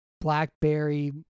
blackberry